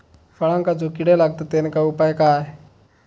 फळांका जो किडे लागतत तेनका उपाय काय?